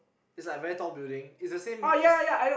it's like a very tall building it's the same it's